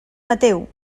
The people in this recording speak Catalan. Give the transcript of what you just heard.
mateu